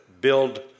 build